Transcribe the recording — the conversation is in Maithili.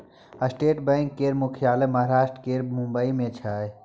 स्टेट बैंक केर मुख्यालय महाराष्ट्र केर मुंबई मे छै